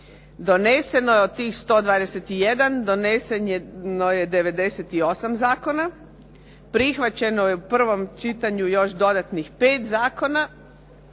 Doneseno je od tih 121 doneseno je 98 zakona, prihvaćeno je u prvom čitanju još dodatnih 5 zakona,